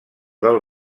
del